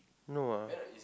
no ah